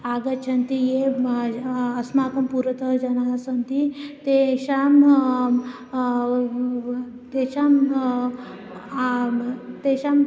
आगच्छन्ति ये अस्माकं पूर्वतः जनाः सन्ति तेषां तेषां तेषाम्